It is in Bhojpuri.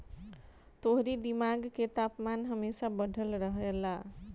तोहरी दिमाग के तापमान हमेशा बढ़ल रहेला